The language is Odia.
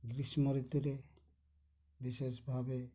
ଗ୍ରୀଷ୍ମ ଋତୁରେ ବିଶେଷ ଭାବେ